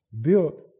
built